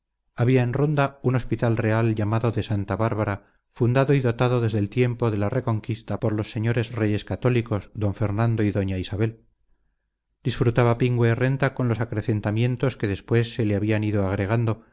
en ronda un hospital real llamado de santa bárbara fundado y dotado desde el tiempo de la reconquista por los señores reyes católicos don fernando y doña isabel disfrutaba pingüe renta con los acrecentamientos que después se le habían ido agregando